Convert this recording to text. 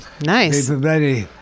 Nice